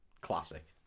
Classic